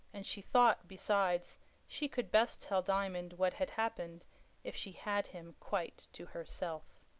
and she thought besides she could best tell diamond what had happened if she had him quite to herself.